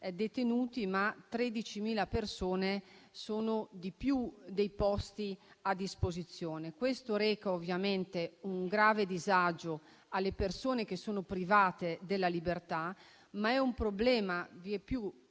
detenuti, ma 13.000 persone sono in più rispetto ai posti a disposizione. Questo arreca, ovviamente, un grave disagio alle persone che sono private della libertà, ma è un problema vieppiù